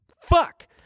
fuck